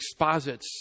exposits